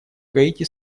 гаити